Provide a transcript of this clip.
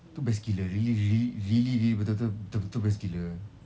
tu best gila really real~ really betul-betul best gila